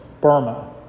Burma